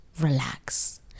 relax